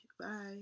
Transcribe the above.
Bye